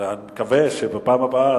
מקווה שבפעם הבאה,